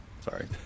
Sorry